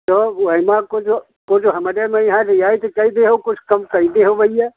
तो ओयमे कुछ कुछ हमरे में रियायत कै दीहो कुछ कम कर दीहो भैया